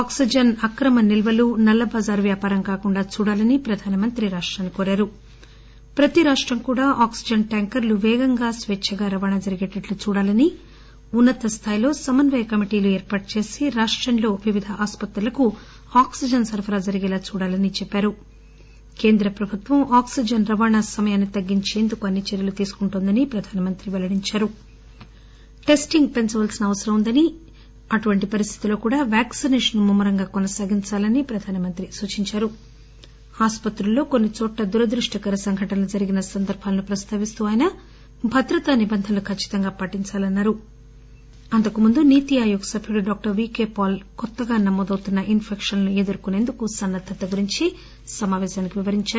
oxygen నల్లబజారు అక్రమ నిల్వలు కాకుండా చూడాలని ప్రధానమంత్రి రాష్టాన్ని కోరారు ప్రతి రాష్టం కూడా ఆక్సిజన్ ట్యాంకర్ను పేగంగా స్వేచ్ఛగా రవాణా జరిగేటట్టు చూడాలని ఉన్నతస్థాయిలో సమన్వయ కమిటీలు ఏర్పాటు చేసి రాష్టంలో వివిధ ఆస్పత్రులకు ఆక్సిజన్ సరఫరా జరిగేలా చూడాలని మోదీ చెప్పారు కేంద్ర ప్రభుత్వం ఆక్సిజన్ రవాణా సమయాన్ని తగ్గించేందుకు అన్ని చర్యలు తీసుకుంటోందని ఆయన తెలియచేశారు టెస్టింగ్ పెంచవలసిన అవసరం ఉందన అటువంటి పరిస్థితిలో కూడా వ్యాక్పినేషన్ను ముమ్మరంగా కొనసాగించాలని ప్రధాన మంత్రి సూచించారు ఆస్పత్రిలో కొన్నిచోట్ల దురదృష్టకర సంఘటనలు జరిగిన సందర్భాన్ని ప్రస్తావిస్తూ ఆయన భద్రత నిబంధనలు కచ్చితంగా పాటించాలని చెప్పారు అంతకుముందు నీతి ఆయోగ్ సభ్యుడు డాక్టర్ వీకే పాల్ కొత్తగా నమోదవుతున్న ఇస్పెక్షన్లను ఎదుర్కొనేందుకు సన్నద్దత గురించి వివరించారు